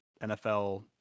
NFL